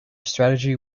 strategy